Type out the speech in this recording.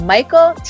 Michael